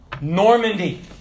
Normandy